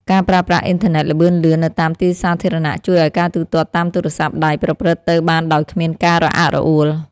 ការប្រើប្រាស់អ៊ីនធឺណិតល្បឿនលឿននៅតាមទីសាធារណៈជួយឱ្យការទូទាត់តាមទូរស័ព្ទដៃប្រព្រឹត្តទៅបានដោយគ្មានការរអាក់រអួល។